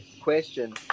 question